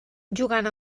jugant